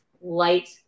light